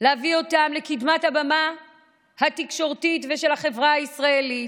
להביא אותם לקדמת הבמה התקשורתית ושל החברה הישראלית,